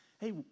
Hey